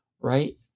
right